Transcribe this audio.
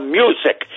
music